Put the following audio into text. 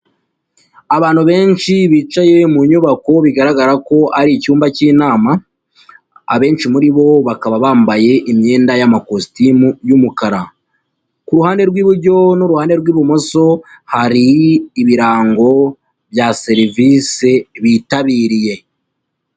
Abantu benshi bicaye mu nyubako bigaragara ko ari icyumba cy'inama, abenshi muri bo bakaba bambaye imyenda y'amakositimu y'umukara. Ku ruhande rw'iburyo n'uruhande rw'ibumoso hari ibirango bya serivise bitabiriye.